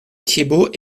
thiébaut